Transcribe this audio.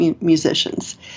musicians